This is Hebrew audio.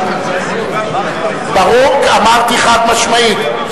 ברור, אמרתי חד-משמעית.